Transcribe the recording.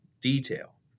detail